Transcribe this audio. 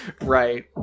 Right